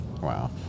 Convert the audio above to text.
wow